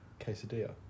Quesadilla